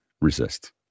resist